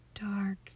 dark